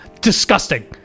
disgusting